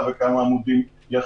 בחשבון, שהממשלה